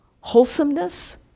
wholesomeness